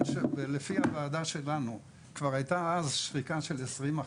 שלפי הוועדה שלנו כבר הייתה אז שחיקה של כ-20%,